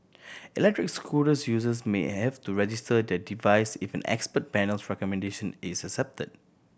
electric scooter users may have to register their device if an expert panel's recommendation is accepted